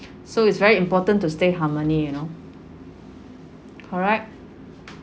so it's very important to stay harmony you know correct